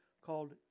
called